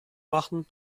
machen